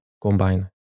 combine